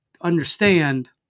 Understand